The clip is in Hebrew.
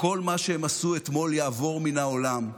וכל מה שהם עשו אתמול יעבור מן העולם,